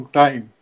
time